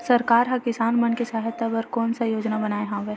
सरकार हा किसान मन के सहायता बर कोन सा योजना बनाए हवाये?